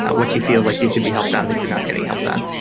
what you feel like you could be helped on that you're not getting helped on?